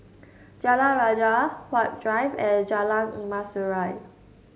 Jalan Rajah Huat Drive and Jalan Emas Urai